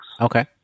okay